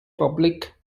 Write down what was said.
public